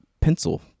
pencil